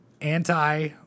anti